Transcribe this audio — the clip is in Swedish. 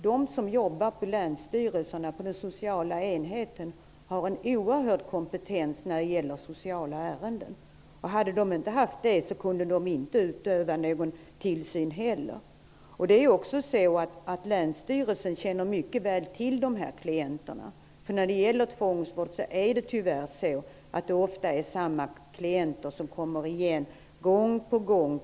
De som jobbar på länsstyrelsens sociala enhet har en oerhört stor kompetens när det gäller sociala ärenden. Hade de inte haft det, hade de inte heller kunnat utöva någon tillsyn. Länsstyrelsen känner mycket väl till dessa klienter. Vid tvångsvård är det tyvärr ofta så att det är samma klienter som kommer igen gång på gång.